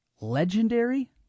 legendary